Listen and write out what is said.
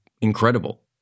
incredible